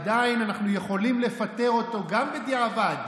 עדיין אנחנו יכולים לפטר אותו גם בדיעבד,